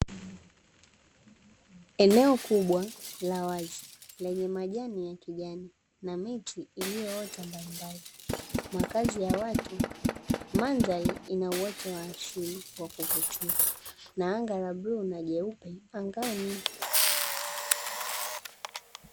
Eneo kubwa la wazi lenye majani ya kijani na miti iliyoota mbalimbali makazi ya watu, mandhari ina uoto wa asili wa kuvutia na anga la bluu na jeupe angani.